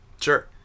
Sure